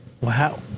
Wow